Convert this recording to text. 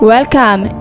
Welcome